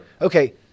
Okay